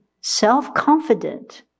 self-confident